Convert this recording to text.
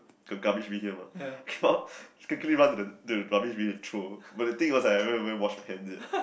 got garbage bin here mah came out quickly ran to the the garbage bin and throw but the thing was I haven't event wash my hand yet